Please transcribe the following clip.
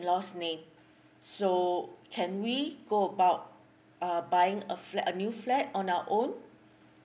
law's name so can we go about uh buying a flat a new flat on our own